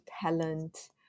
talent